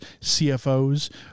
CFOs